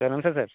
sir ನಮಸ್ತೆ sir